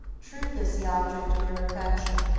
truth is the object of your affection.